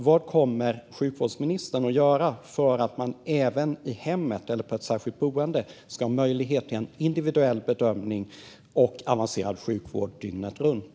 Vad kommer sjukvårdsministern att göra för att man även i hemmet eller på ett särskilt boende ska ha möjlighet att få en individuell bedömning och avancerad sjukvård dygnet runt?